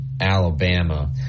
Alabama